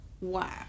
wow